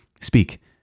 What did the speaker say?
Speak